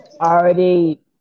Already